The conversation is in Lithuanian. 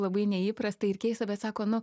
labai neįprastai ir keista bet sako nu